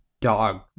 dog